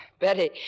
Betty